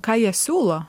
ką jie siūlo